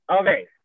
Okay